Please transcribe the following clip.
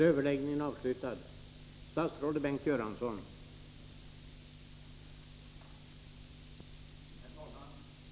Herr talman!